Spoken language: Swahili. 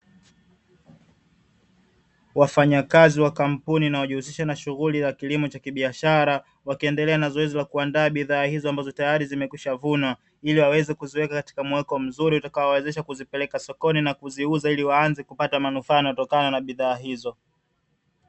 Wafanyakazi wa kampuni inayojihusisha na shughuli za kilimo cha kibiashara, wakiendelea na zoezi la kuandaa bidhaa hizo ambazo tayari zimekwisha vunwa, ili waweze kuziweka katika mueko mzuri utakaowawezesha kuzipeleka sokoni na kuziuza ili waanze kupata manufaa yanayotokana na bidhaa hizo.